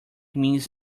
means